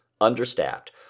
understaffed